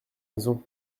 raison